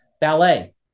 ballet